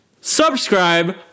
subscribe